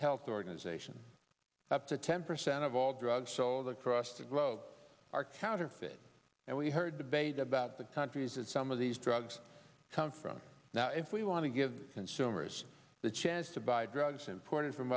health organization up to ten percent of all drugs sold across the globe are counterfeit and we heard the bait about the countries that some of these drugs come from now if we want to give consumers the chance to buy drugs imported from